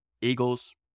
Eagles